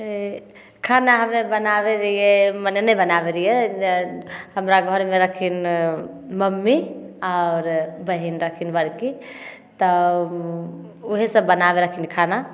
ए खाना हम्मे बनाबे रहियै माने नहि बनाबै रहियै हमरा घरमे रहथिन मम्मी आओर बहिन रहथिन बड़की तब ओहेसब बनाबे रहथिन खाना